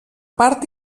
part